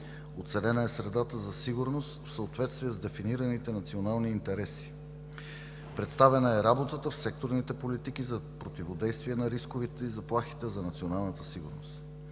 Оценена е средата за сигурност в съответствие с дефинираните национални интереси. Представена е работата в секторните политики за противодействие на рисковете и заплахите за националната сигурност.